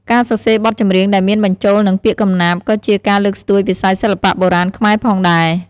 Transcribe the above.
ការសរសេរបទចម្រៀងដែលមានបញ្ចូលនឹងពាក្យកំណាព្យក៏ជាការលើកស្ទួយវិស័យសិល្បៈបុរាណខ្មែរផងដែរ។